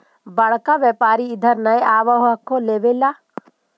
बड़का व्यापारि इधर नय आब हको लेबे ला?